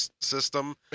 system